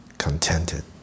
contented